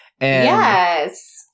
Yes